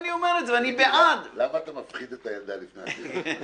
אני רוצה לשים את תשומת הלב על הדברים מהשטח שצריך לתת עליהם